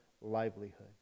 livelihood